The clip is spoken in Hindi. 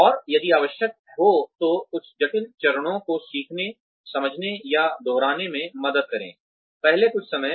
और यदि आवश्यक हो तो कुछ जटिल चरणों को सीखने समझने या दोहराने में मदद करें पहले कुछ समय